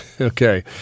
Okay